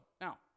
now